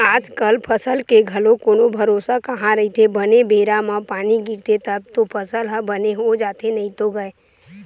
आजकल फसल के घलो कोनो भरोसा कहाँ रहिथे बने बेरा म पानी गिरगे तब तो फसल ह बने हो जाथे नइते गय